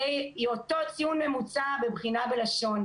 יהיה אותו ציון ממוצע בבחינה בלשון.